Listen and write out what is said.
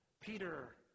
Peter